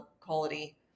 quality